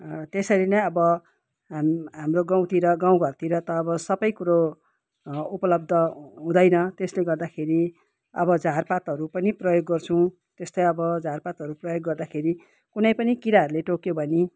त्यसरी नै अब हाम हाम्रो गाउँतिर गाउँघरतिर त अब सबै कुरो उपलब्ध हुँदैन त्यसले गर्दाखेरि अब झारपातहरू पनि प्रयोग गर्छौँ त्यस्तै अब झारपातहरू प्रयोग गर्दाखेरि कुनै पनि किराहरूले टोक्यो भने